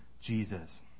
Jesus